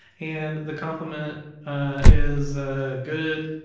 and the compliment is good